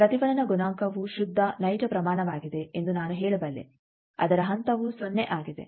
ಪ್ರತಿಫಲನ ಗುಣಾಂಕವು ಶುದ್ಧ ನೈಜ ಪ್ರಮಾಣವಾಗಿದೆ ಎಂದು ನಾನು ಹೇಳಬಲ್ಲೆ ಅದರ ಹಂತವು ಸೊನ್ನೆ ಆಗಿದೆ